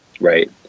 right